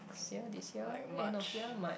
last year this year end of year March